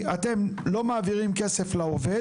לא, אני לא לקחתי לשם.